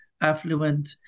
affluent